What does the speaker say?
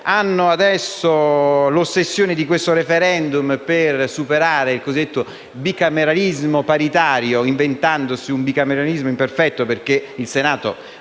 hanno l’ossessione di questo referendum per superare il cosiddetto bicameralismo paritario, inventandosi un bicameralismo imperfetto, perché il Senato